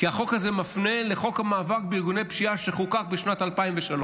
כי החוק הזה מפנה לחוק המאבק בארגוני פשיעה שחוקק בשנת 2003,